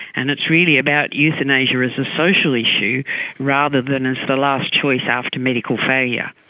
and it's really about euthanasia as a social issue rather than as the last choice after medical failure.